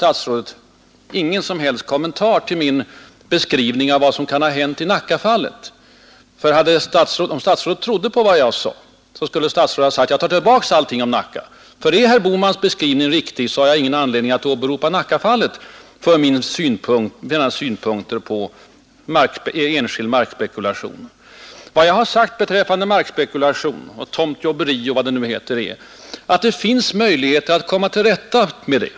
Statsrådet hade ingen som helst kommentar att göra till min beskrivning av vad som kan ha hänt i Nackafallet. Om statsrådet trodde på mina uppgifter borde statsrådet ha sagt: ”Jag tar tillbaka vad jag har sagt om Nacka. Är herr Bohmans beskrivning riktig har jag ingen anledning att åberopa Nackafallet till stöd för mina uppgifter om osund markspekulation.” Vad jag själv har sagt beträffande markspekulation, tomtjobberi och vad det nu heter är att det finns andra möjligheter att komma till rätta med det.